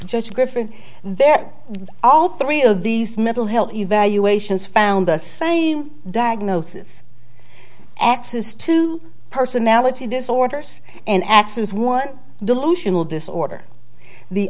just griffin there all three of these mental health evaluations found the same diagnosis axes to personality disorders and axis one delusional disorder the